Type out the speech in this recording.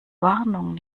warnung